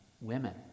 women